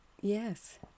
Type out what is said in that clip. Yes